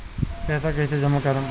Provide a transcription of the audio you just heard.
पैसा कईसे जामा करम?